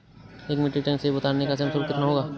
एक metric ton सेव उतारने का श्रम शुल्क कितना होगा?